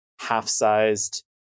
half-sized